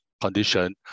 condition